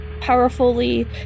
Powerfully